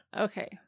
Okay